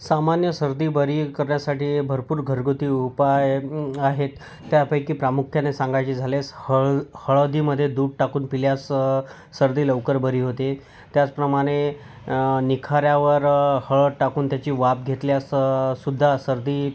सामान्य सर्दी बरी करण्यासाठी भरपूर घरगुती उपाय आहेत त्यापैकी प्रामुख्याने सांगायचे झाल्यास हळ् हळदीमध्ये दूध टाकून पिल्यास सर्दी लवकर बरी होते त्याचप्रमाणे निखाऱ्यावर हळद टाकून त्याची वाफ घेतल्याससुद्धा सर्दी